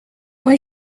when